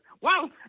Wow